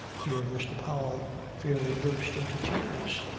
here mr. powell fairly burst into tears.